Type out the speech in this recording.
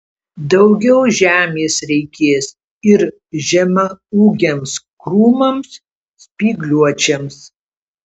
daugiau žemės reikės ir žemaūgiams krūmams spygliuočiams